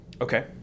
Okay